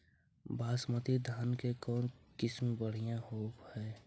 बासमती धान के कौन किसम बँढ़िया होब है?